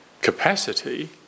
capacity